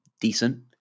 decent